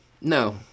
No